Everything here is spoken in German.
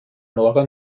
nora